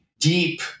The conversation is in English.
deep